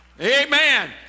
Amen